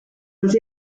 was